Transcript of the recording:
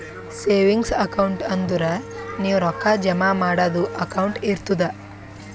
savings account ಅಂದುರ್ ನೀವು ರೊಕ್ಕಾ ಜಮಾ ಮಾಡದು ಅಕೌಂಟ್ ಇರ್ತುದ್